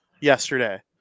yesterday